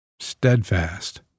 Steadfast